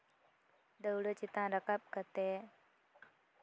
ᱫᱟᱹᱣᱲᱟᱹ ᱪᱮᱛᱟᱱ ᱨᱟᱠᱟᱵ ᱠᱟᱛᱮᱜ